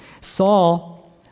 Saul